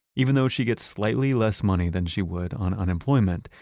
even though she gets slightly less money than she would on unemployment,